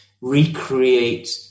recreate